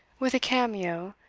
with a cameo,